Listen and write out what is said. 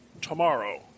tomorrow